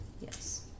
Yes